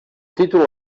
títol